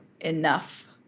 enough